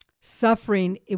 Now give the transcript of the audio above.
suffering